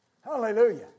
Hallelujah